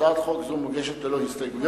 הצעת חוק זו מוגשת ללא הסתייגויות,